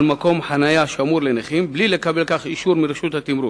מקום חנייה שמור לנכים בלי לקבל אישור לכך מרשות התמרור.